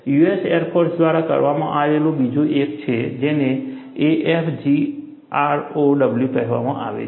US air force દ્વારા કરવામાં આવેલું બીજું એક છે જેને AFGROW કહેવામાં આવે છે